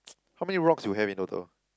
how many rocks you have in total